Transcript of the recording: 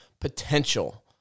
potential